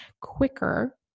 quicker